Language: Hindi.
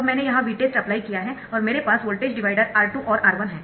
अब मैंने यहां Vtest अप्लाई किया है और मेरे पास वोल्टेज डिवाइडर R2 और R1 है